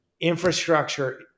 infrastructure